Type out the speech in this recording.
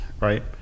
right